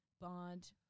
Bond